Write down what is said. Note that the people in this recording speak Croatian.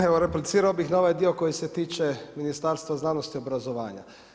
Evo replicirao bih na ovaj dio koji se tiče Ministarstva znanosti i obrazovanja.